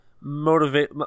motivate